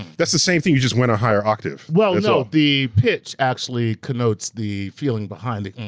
that's the same thing, you just went a higher octave. well no, the pitch actually connotes the feeling behind the